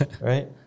Right